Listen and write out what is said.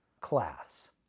class